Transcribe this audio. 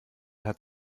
hat